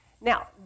Now